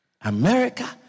America